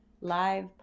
live